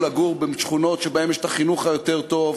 לגור בשכונות שבהן יש חינוך יותר טוב,